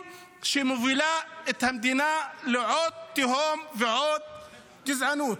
שמובילה את המדינה לעוד תהום ועוד גזענות.